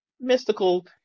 mystical